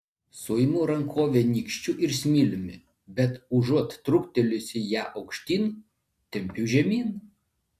suimu rankovę nykščiu ir smiliumi bet užuot truktelėjusi ją aukštyn tempiu žemyn